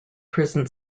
prison